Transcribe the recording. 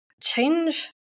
change